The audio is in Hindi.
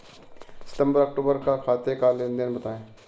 सितंबर अक्तूबर का खाते का लेनदेन बताएं